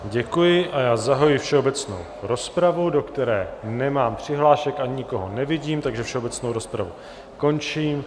Děkuji a zahajuji všeobecnou rozpravu, do které nemám přihlášek ani nikoho nevidím, takže všeobecnou rozpravu končím.